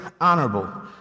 honorable